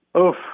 Oof